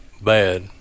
bad